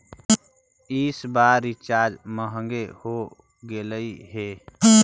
इस बार रिचार्ज महंगे हो गेलई हे